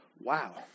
Wow